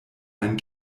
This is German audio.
ein